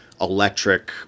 electric